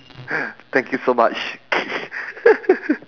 thank you so much